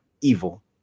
evil